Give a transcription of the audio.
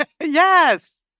Yes